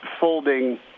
folding